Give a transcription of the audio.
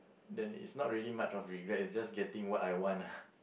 then it's not really much of regret it's just getting what I want lah